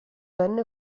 venne